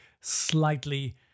slightly